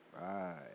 Right